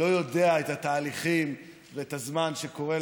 לא יודע את התהליכים ואת הזמן שלוקח כדי